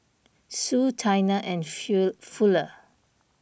Sue Taina and fill Fuller